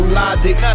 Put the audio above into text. logic